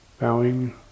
bowing